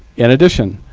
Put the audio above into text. in addition,